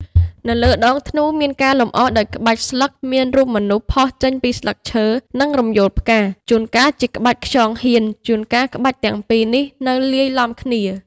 នៅលើដងធ្នូ មានការលម្អដោយក្បាច់ស្លឹក មានរូបមនុស្សផុសចេញពីស្លឹកឈើ និងរំយោលផ្កា ជួនកាលជាក្បាច់ខ្យងហៀន ជួនកាលក្បាច់ទាំងពីរនេះនៅលាយឡំគ្នា។